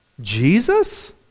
Jesus